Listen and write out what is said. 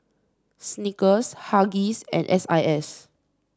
Snickers Huggies and S I S